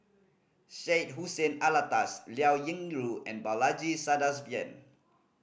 Syed Hussein Alatas Liao Yingru and Balaji Sadasivan